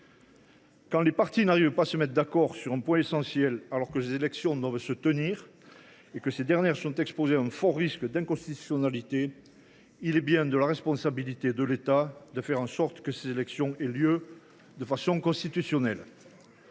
que les parties ne parviennent pas à se mettre d’accord sur un point essentiel, que les élections doivent se tenir et que ces dernières sont exposées à un fort risque d’inconstitutionnalité, il incombe à l’État de faire en sorte que ces élections aient lieu de façon constitutionnelle.